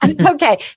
Okay